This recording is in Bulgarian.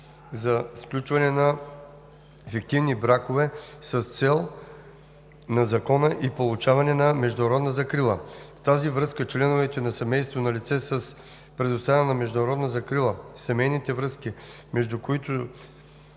за сключване на фиктивни бракове с цел заобикаляне на Закона и получаване на международна закрила. В тази връзка членовете на семейство на лице с предоставена международна закрила, семейните връзки, между които